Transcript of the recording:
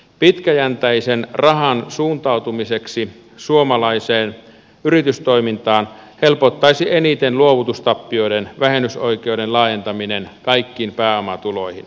pitkäjänteisen rahan suuntautumista suomalaiseen yritystoimintaan helpottaisi eniten luovutustappioiden vähennysoikeuden laajentaminen kaikkiin pääomatuloihin